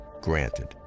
Granted